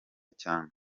cyane